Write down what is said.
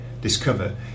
discover